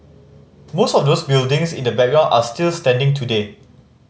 most of those buildings in the background are still standing today